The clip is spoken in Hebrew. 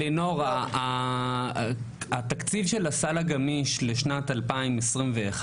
לינור, התקציב של הסל הגמיש לשנת 2021,